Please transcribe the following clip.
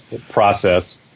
process